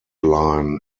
line